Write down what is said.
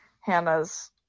Hannah's